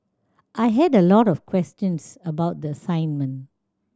I had a lot of questions about the assignment